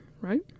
right